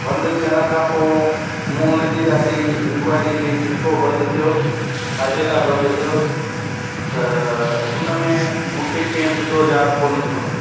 बंदि थियण खां पोइ मां उन जी ॾाढी इंक्वायरी कयईं की छो बंदि थियो छाजे लाइ बंदि थियो त उन में मूंखे कीअं सिधो जवाबु कोन ॾिनो सम्झो